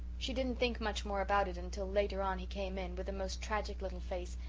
she didn't think much more about it until later on he came in, with the most tragic little face,